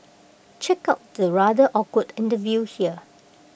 check out the rather awkward interview here